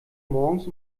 morgens